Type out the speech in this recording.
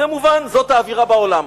זה מובן, זאת האווירה בעולם.